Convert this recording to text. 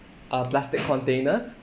uh plastic container